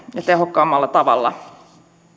tehokkaammalla tavalla